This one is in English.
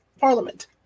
parliament